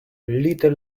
little